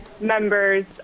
members